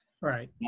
right